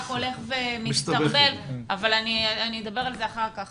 הולך ומסתבך אכבל אני אדבר על זה אחר כך